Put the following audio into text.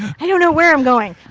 i don't know where i'm going.